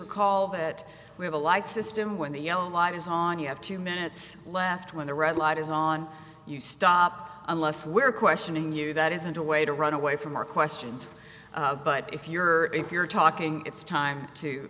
call that we have a light system when the yellow light is on you have two minutes left when the red light is on you stop unless we're questioning you that isn't a way to run away from our questions but if you're if you're talking it's time to